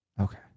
Okay